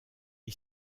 est